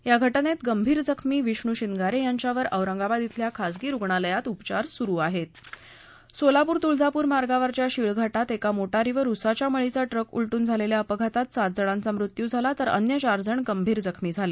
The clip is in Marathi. या घटनेत गंभीर जखमी विष्णू शिनगारे यांच्यावर औरंगाबाद इथल्या खासगी रुग्णालयात उपचार सुरू आहेत सोलापूर तुळजापूर मार्गावरच्या शीळ घाटात एका मोटारीवर उसाच्या मळीचा ट्रक उलटून झालेल्या अपघातात सात जणांचा मृत्यू झाला तर अन्य चार जण गंभीर जखमी झाले